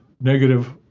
negative